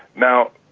now,